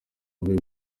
avuye